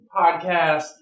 podcast